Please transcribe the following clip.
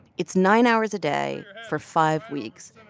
it's nine hours a day for five weeks,